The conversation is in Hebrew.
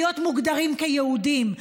להיות מוגדרים כיהודים,